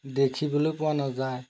দেখিবলৈ পোৱা নাযায়